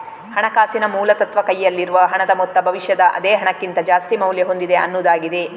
ಹಣಕಾಸಿನ ಮೂಲ ತತ್ವ ಕೈಯಲ್ಲಿರುವ ಹಣದ ಮೊತ್ತ ಭವಿಷ್ಯದ ಅದೇ ಹಣಕ್ಕಿಂತ ಜಾಸ್ತಿ ಮೌಲ್ಯ ಹೊಂದಿದೆ ಅನ್ನುದಾಗಿದೆ